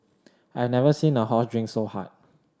I never seen a horse drink so hard